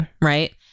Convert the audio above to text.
Right